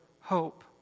hope